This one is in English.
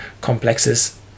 complexes